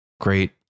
great